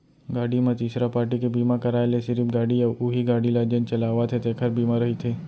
गाड़ी म तीसरा पारटी के बीमा कराय ले सिरिफ गाड़ी अउ उहीं गाड़ी ल जेन चलावत हे तेखर बीमा रहिथे